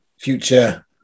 future